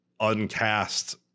uncast